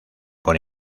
por